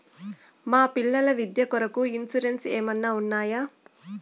మా పిల్లల విద్య కొరకు ఇన్సూరెన్సు ఏమన్నా ఉన్నాయా?